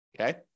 okay